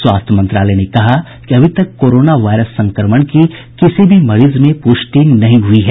स्वास्थ्य मंत्रालय ने कहा कि अभी तक कोरोना वायरस संक्रमण की किसी भी मरीज में पुष्टि नहीं हुई है